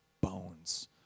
bones